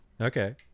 Okay